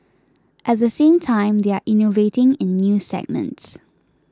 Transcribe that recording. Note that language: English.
at the same time they are innovating in new segments